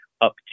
up